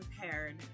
prepared